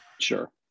Sure